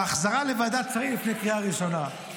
והחזרה לוועדת שרים לפני קריאה ראשונה.